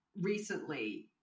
recently